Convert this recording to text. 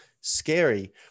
scary